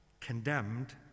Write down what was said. condemned